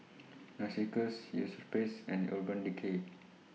Narcissus Europace and Urban Decay